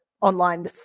online